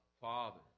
Father